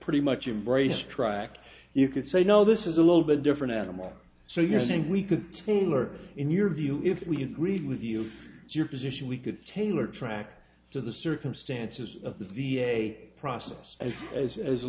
pretty much embrace tract you can say no this is a little bit different animal so you're saying we could school or in your view if we agreed with you your position we could tailor track to the circumstances of the v a process as